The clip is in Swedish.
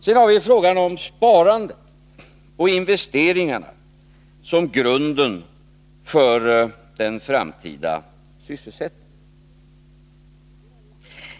Sedan har vi frågan om sparandet och investeringarna som grund för den framtida sysselsättningen.